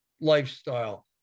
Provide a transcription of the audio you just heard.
lifestyle